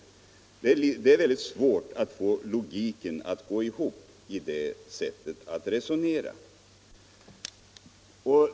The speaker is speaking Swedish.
Det är svårt att få logiken att gå ihop i det sättet att resonera.